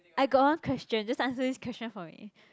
I got one question just answer this question for me